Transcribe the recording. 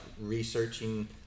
researching